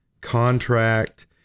contract